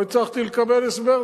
לא הצלחתי לקבל הסבר.